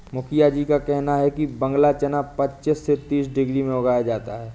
मुखिया जी का कहना है कि बांग्ला चना पच्चीस से तीस डिग्री में उगाया जाए